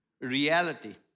reality